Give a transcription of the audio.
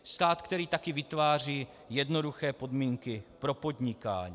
Stát, který také vytváří jednoduché podmínky pro podnikání.